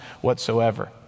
whatsoever